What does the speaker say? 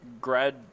grad